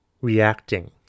reacting